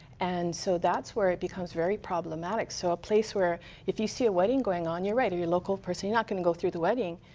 and so that's where it becomes very problematic. so a place where if you see a wedding going on, you're right, local person, not going to go through the wedding.